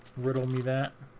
riddle me that